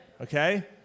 Okay